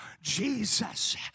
Jesus